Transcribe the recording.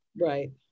Right